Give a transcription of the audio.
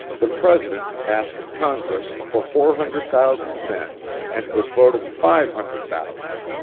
the president asked congress for four hundred thousand men and was voted five hundred thousand.